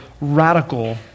radical